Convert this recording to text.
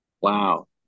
Wow